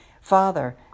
Father